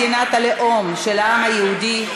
מדינת הלאום של העם היהודי,